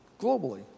globally